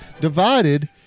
Divided